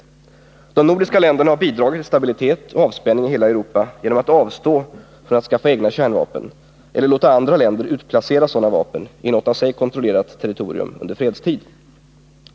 De nordiska länderna har bidragit till stabilitet och avspänning i hela Europa genom att avstå från att skaffa egna kärnvapen eller låta andra länder utplacera sådana vapen i något av sig kontrollerat territorium under fredstid.